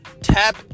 tap